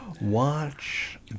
watch